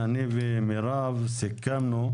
שמירב ואני סיכמנו,